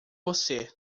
você